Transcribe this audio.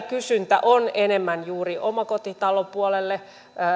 kysyntä on enemmän juuri omakotitalopuolelle